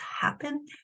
happen